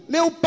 Meu